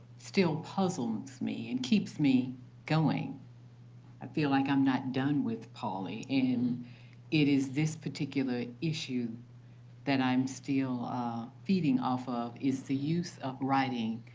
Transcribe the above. still puzzles me, and keeps me going i feel like i'm not done with pauli. and it is this particular issue that i'm still feeding off of, is the use of writing,